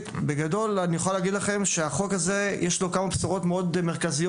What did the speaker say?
בגדול אני יכול להגיד לכם שהחוק הזה יש לו כמה בשורות מאוד מרכזיות,